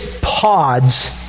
pods